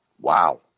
Wow